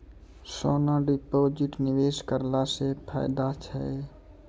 सोना deposit निवेश करला से फैदा छै?